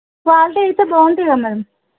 quality అయితే బాగుంటుంది కదా మ్యాడం